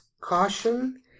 caution